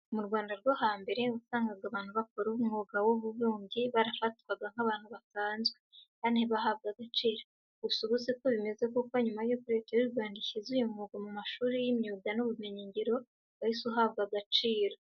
Mu Rwanda rwo hambere wasangaga abantu bakora umwuga w'ububumbyi barafatwaga nk'abantu basanze kandi ntibahabwe agaciro. Gusa ubu, si ko bimeze kuko nyuma yuko Leta y'u Rwanda ishyize uyu mwuga mu mashuri y'imyuga n'ubumenyingira wahise uhabwa agaciro.